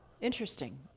Interesting